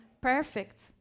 perfect